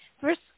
first